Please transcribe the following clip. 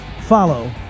follow